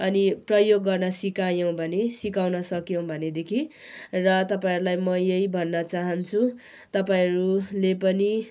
अनि प्रयोग गर्न सिकायौँ भने सिकाउन सक्यौँ भनेदेखि र तपाईँहरूलाई म यही भन्न चाहन्छु तपाईँहरूले पनि